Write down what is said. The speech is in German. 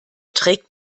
trägt